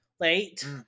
late